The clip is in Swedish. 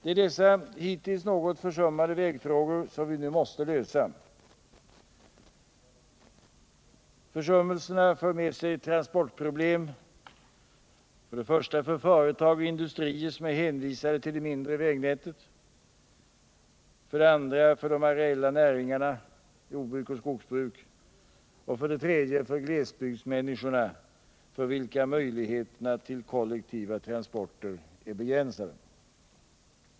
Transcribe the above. Det är dessa hittills något försummade vägproblem som vi nu måste lösa. Transportproblemen för företag och industrier som är hänvisade till det mindre vägnätet, för de areella näringarna, skogsoch jordbruket, och för glesbygdsmänniskorna, för vilka möjligheterna till kollektiva transporter är begränsade.